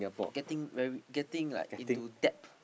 getting very getting like into debt